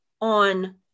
on